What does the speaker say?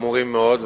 חמורים מאוד,